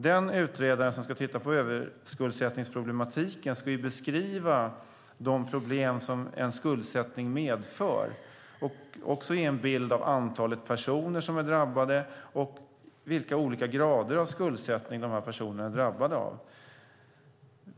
Den utredare som ska titta på överskuldsättningsproblematiken ska beskriva de problem som en skuldsättning medför och också ge en bild av antalet personer som är drabbade och vilka olika grader av skuldsättning som de här personerna är drabbade av.